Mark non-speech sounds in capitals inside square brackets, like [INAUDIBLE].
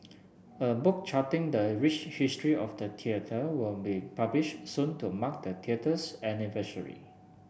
[NOISE] a book charting the rich history of the theater will be published soon to mark the theater's anniversary